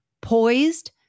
poised